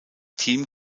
team